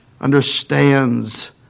understands